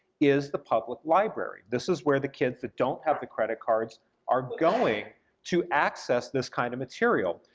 is the public library. this is where the kids that don't have the credit cards are going to access this kind of material.